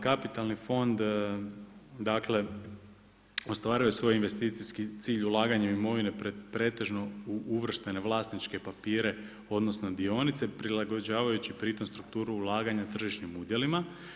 Kapitalni fond, dakle, ostvaruje svoj investicijski cilj ulaganje imovine pretežno u uvrštene vlasničke papire, odnosno, dionice, prilagođavajući pri tom strukturu ulaganja tržišnim udjelima.